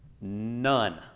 none